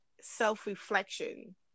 self-reflection